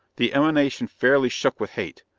the emanation fairly shook with hate.